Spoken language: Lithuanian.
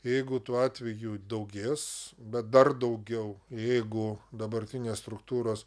jeigu tų atvejų daugės bet dar daugiau jeigu dabartinės struktūros